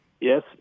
yes